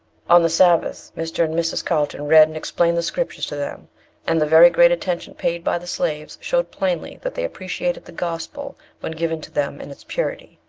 on the sabbath, mr. and mrs. carlton read and explained the scriptures to them and the very great attention paid by the slaves showed plainly that they appreciated the gospel when given to them in its purity.